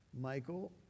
Michael